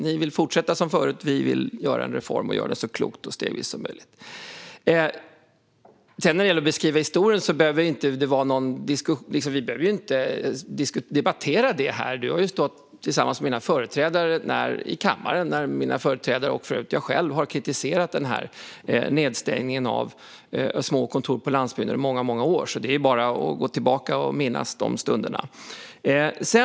Ni vill fortsätta som vanligt, Ali Esbati, och vi vill göra en reform och göra det stegvis och så klokt som möjligt. När det gäller att beskriva historien behöver vi inte debattera det här. Du har ju stått här tillsammans med mina företrädare i kammaren när de, och för övrigt också jag själv, har kritiserat nedstängningen av små kontor på landsbygden i många år. Det är bara att gå tillbaka och minnas de stunderna.